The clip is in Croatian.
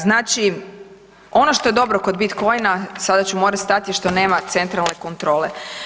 Znači ono što je dobro kod Bitcoina, sada ću morati stati, što nema centralne kontrole.